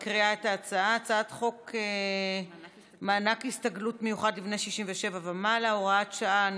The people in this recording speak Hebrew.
הצעת חוק מענק הסתגלות מיוחד לבני 67 ומעלה (הוראת שעה,